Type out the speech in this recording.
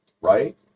Right